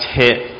hit